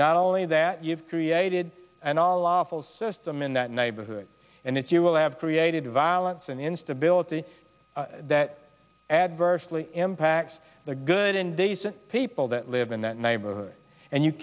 not only that you've created an all lawful system in that neighborhood and it's you will have created violence and instability that adversely impacts the good and decent people that live in that neighborhood and you